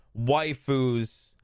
waifus